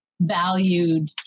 valued